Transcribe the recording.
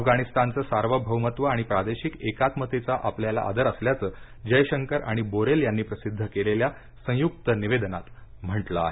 अफगाणिस्तानचं सार्वभौमत्व आणि प्रादेशिक एकात्मतेचा आपल्याला आदर असल्याचं जयशंकर आणि बोरेल यांनी प्रसिद्ध केलेल्या संयुक्त निवेदनात म्हटलं आहे